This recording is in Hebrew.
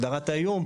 הגדרת האיום,